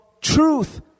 truth